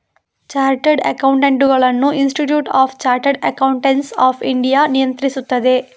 chartered ಅಕೌಂಟೆಂಟುಗಳನ್ನು institute of chartered accountants of India ನಿಯಂತ್ರಿಸುತ್ತದೆ